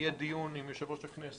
יהיה דיון עם יושב-ראש הכנסת,